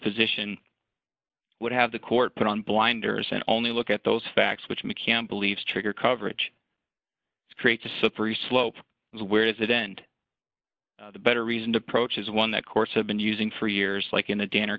position would have the court put on blinders and only look at those facts which mccann believes trigger coverage creates a slippery slope where does it end the better reason to approach is one that courts have been using for years like in the danner